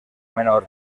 menor